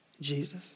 Jesus